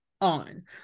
on